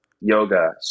yoga